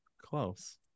Close